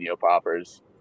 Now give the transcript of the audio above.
poppers